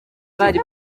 bari